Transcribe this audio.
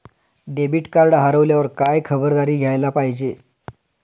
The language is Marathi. डेबिट कार्ड हरवल्यावर काय खबरदारी घ्यायला पाहिजे?